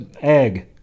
egg